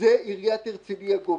שעיריית הרצליה גובה.